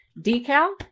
decal